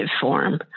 form